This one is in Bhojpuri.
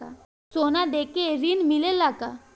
सोना देके ऋण मिलेला का?